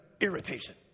irritation